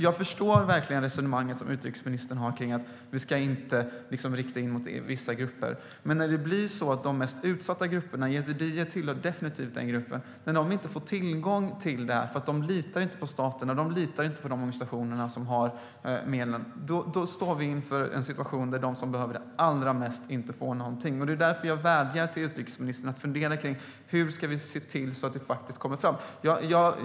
Jag förstår verkligen resonemanget som utrikesministern för om att vi inte ska rikta in oss på vissa grupper, men när de mest utsatta grupperna - yazidier tillhör definitivt den gruppen - inte får tillgång till biståndet eftersom de inte litar på staten, och inte heller på de organisationer som har medlen, står vi inför en situation där de som behöver biståndet allra mest inte får någonting. Därför vädjar jag till utrikesministern att fundera på hur vi ser till att biståndet faktiskt kommer fram.